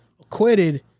acquitted